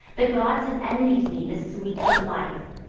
the gods have envied me the sweets of life,